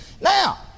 Now